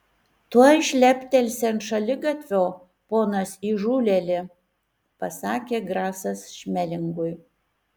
tuoj šleptelsi ant šaligatvio ponas įžūlėli pasakė grasas šmelingui